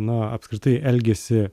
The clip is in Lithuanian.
na apskritai elgiasi